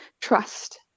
trust